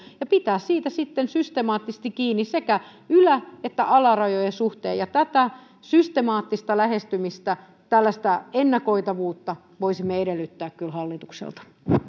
ja pitää siitä sitten systemaattisesti kiinni sekä ylä että alarajojen suhteen tätä systemaattista lähestymistä tällaista ennakoitavuutta voisimme edellyttää kyllä hallitukselta